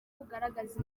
bugaragaza